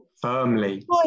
firmly